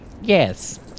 Yes